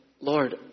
Lord